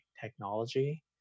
technology